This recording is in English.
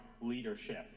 leadership